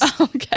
Okay